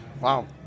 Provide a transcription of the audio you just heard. wow